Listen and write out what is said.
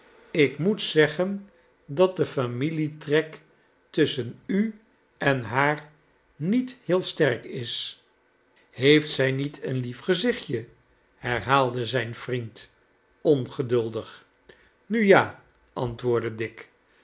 ik moet zeggen dat de familietrek tusschen u en haar niet heel sterk is heeft zij niet een lief gezichtje herhaalde zijn vriend ongeduldig nu ja antwoordde dick